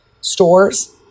stores